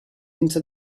into